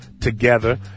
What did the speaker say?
together